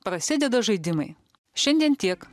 prasideda žaidimai šiandien tiek